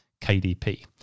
KDP